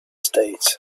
states